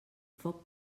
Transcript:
foc